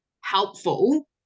helpful